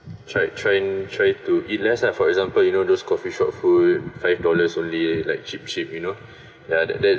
tried tryin~ try to eat less lah for example you know those coffee shop food five dollars only like cheap cheap you know that that